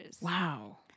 Wow